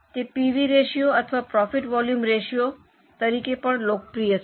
તે PV ratio અથવા profit volume ratio તરીકે પણ લોકપ્રિય છે